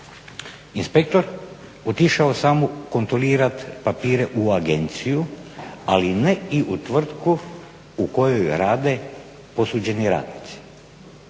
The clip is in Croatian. inspektor otišao samo kontrolirat papire u agenciju, ali ne i u tvrtku u kojoj rade posuđeni radnici